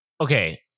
okay